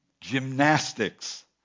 gymnastics